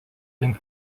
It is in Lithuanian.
link